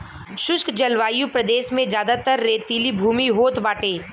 शुष्क जलवायु प्रदेश में जयादातर रेतीली भूमि होत बाटे